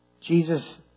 Jesus